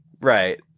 Right